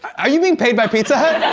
are you being paid by pizza hut?